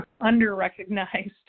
under-recognized